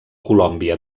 colòmbia